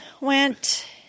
went